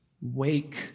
Wake